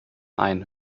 einen